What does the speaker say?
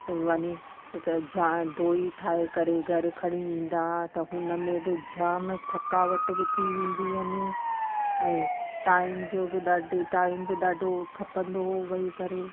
वञी त जा धोई ठाहे करे घरु खणी वेंदा हा त हुन में बि जाम थकावट बि थी वेंदी आहिनि ऐं टाइम जो बि ॾाढी टाइम बि ॾाढो खपंदो हुओ वेही करे